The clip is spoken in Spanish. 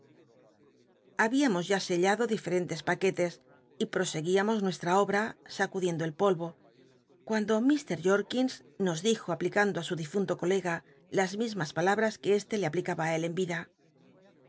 habíamos ya sellado diferentes paquetes y proseguíamos nuestra obra sacud iendo el polvo cuando mr jorkins nos dijo apl ica ndo ií su difunto colega las mismas palabras que este le apl icaba á él en vida